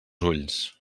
ulls